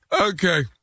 Okay